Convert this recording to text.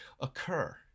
occur